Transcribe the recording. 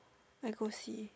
I go see